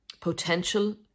potential